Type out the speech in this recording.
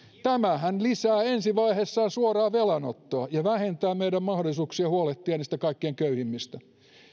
tämähän lisää ensi vaiheessaan suoraa velanottoa ja vähentää meidän mahdollisuuksiamme huolehtia niistä kaikkein köyhimmistä